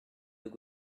deux